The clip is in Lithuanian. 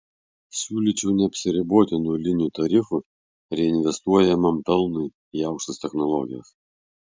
siūlyčiau neapsiriboti nuliniu tarifu reinvestuojamam pelnui į aukštas technologijas